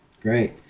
Great